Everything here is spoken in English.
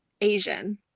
Asian